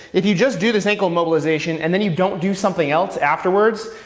if you just do this ankle mobilization and then you don't do something else afterwards,